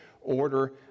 order